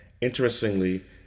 Interestingly